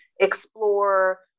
explore